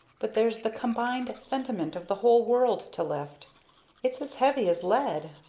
but there's the combined sentiment of the whole world to lift it's as heavy as lead.